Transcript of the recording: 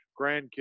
grandkids